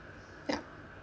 yup